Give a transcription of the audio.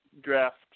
draft